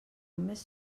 més